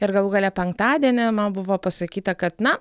ir galų gale penktadienį man buvo pasakyta kad na